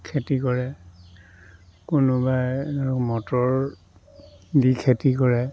খেতি কৰে কোনোবাই মটৰেদি খেতি কৰে